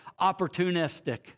opportunistic